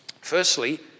Firstly